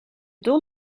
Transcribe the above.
dol